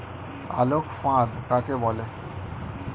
আলোক ফাঁদ কাকে বলে?